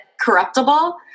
corruptible